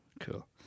Cool